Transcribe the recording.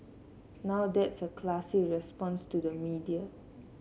now that's a classy response to the media